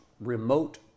remote